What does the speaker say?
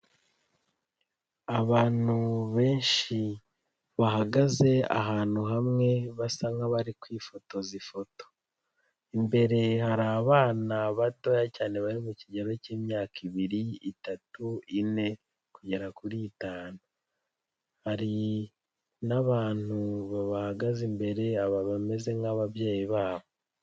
Abantu benshi bahagaze ahantu hamwe basa nk'abari kwifotoza ifoto, imbere hari abana batoya cyane bari mu kigero k'imyaka ibiri, itatu, ine, kugera kuri itanu, hari n'abantu bahagaze imbere bameze nk'ababyeyi babo.